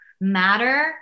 matter